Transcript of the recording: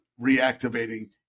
reactivating